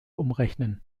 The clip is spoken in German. umrechnen